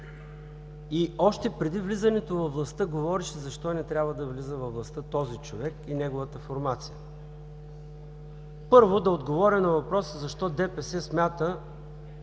и още преди влизането във властта говореше защо не трябва да влиза във властта този човек и неговата формация. Първо да отговоря на въпроса защо ДПС смята,